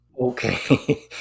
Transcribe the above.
Okay